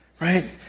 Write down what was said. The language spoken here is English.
right